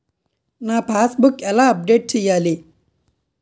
నా passbook ఎలా update చేయాలి?